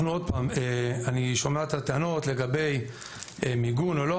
עוד פעם: אני שומע את הטענות לגבי מיגון או לא.